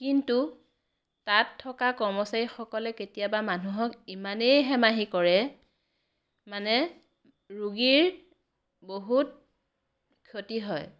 কিন্তু তাত থকা কৰ্মচাৰীসকলে কেতিয়াবা মানুহক ইমানেই হেমাহি কৰে মানে ৰোগীৰ বহুত ক্ষতি হয়